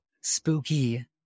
spooky